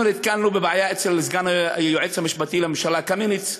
אנחנו נתקלנו בבעיה אצל סגן היועץ המשפטי לממשלה קמיניץ,